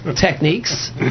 techniques